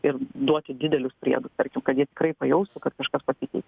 ir duoti didelius priedustarkim kad jie tikrai pajaustų kad kažkas pasikeis